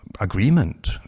agreement